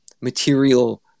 material